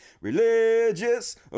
religious